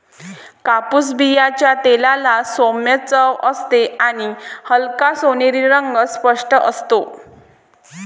कापूस बियांच्या तेलाला सौम्य चव असते आणि हलका सोनेरी रंग स्पष्ट असतो